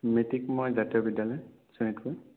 matric মই জাতীয় বিদ্যালয় শোণিতপুৰ